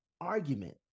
argument